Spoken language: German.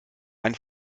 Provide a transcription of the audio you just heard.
ein